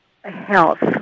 health